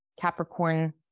Capricorn